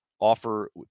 offer